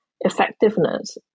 effectiveness